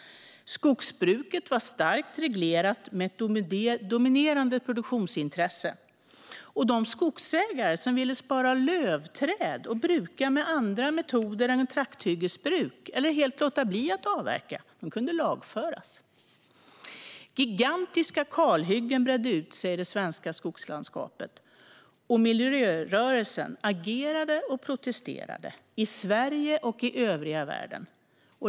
Skogsbruket var starkt reglerat, med ett dominerande produktionsintresse. De skogsägare som ville spara lövträd och bruka med andra metoder än trakthyggesbruk, eller helt låta bli att avverka, kunde lagföras. Gigantiska kalhyggen bredde ut sig i det svenska skogslandskapet. Miljörörelsen agerade och protesterade i Sverige och i övriga världen.